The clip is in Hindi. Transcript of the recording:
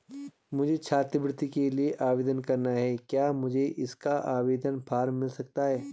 मुझे छात्रवृत्ति के लिए आवेदन करना है क्या मुझे इसका आवेदन फॉर्म मिल सकता है?